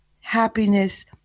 happiness